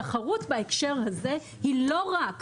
תחרות בהקשר הזה היא לא רק